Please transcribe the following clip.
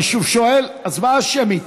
אני שוב שואל, הצבעה שמית?